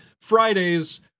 Fridays